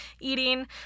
eating